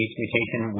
mutation